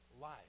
life